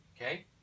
Okay